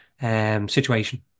situation